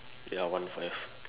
ya one five